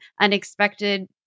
Unexpected